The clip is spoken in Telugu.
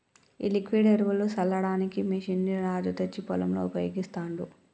ఈ లిక్విడ్ ఎరువులు సల్లడానికి మెషిన్ ని రాజు తెచ్చి పొలంలో ఉపయోగిస్తాండు